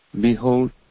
Behold